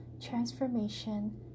transformation